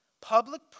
Public